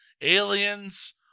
Aliens